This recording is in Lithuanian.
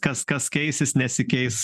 kas kas keisis nesikeis